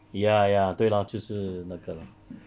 ya ya 对 lor 就是那个 lor